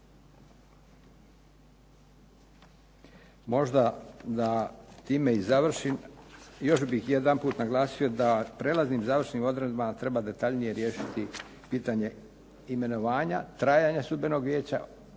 Možda da time i završim. Još bih jedanput naglasio da prijelaznim i završnim odredbama treba detaljnije riješiti pitanje imenovanja, trajanja Sudbenog vijeća,